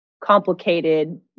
complicated